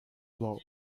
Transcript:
blow